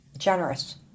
generous